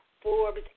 Forbes